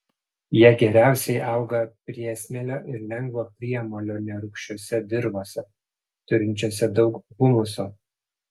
jie geriausiai auga priesmėlio ir lengvo priemolio nerūgščiose dirvose turinčiose daug humuso